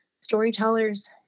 storytellers